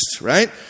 right